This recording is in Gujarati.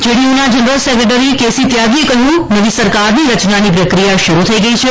જેડી યુ ના જનરલ સેક્રેટરી કે સી ત્યાગીએ કહ્યું કે નવી સરકારની રચનાની પ્રક્રિયા શરૂ થઈ ગઈ છે